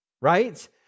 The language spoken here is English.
Right